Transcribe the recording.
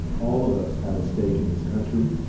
all of us have a stake in this country.